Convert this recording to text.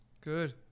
good